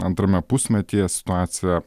antrame pusmetyje situacija